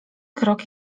krok